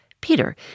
Peter